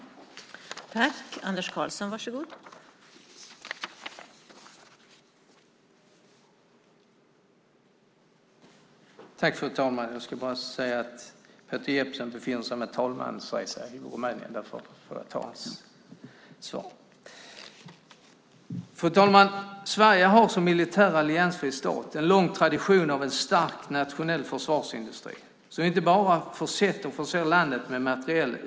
Då Peter Jeppsson, som framställt interpellationen, anmält att han var förhindrad att närvara vid sammanträdet medgav andre vice talmannen att Anders Karlsson i stället fick delta i överläggningen.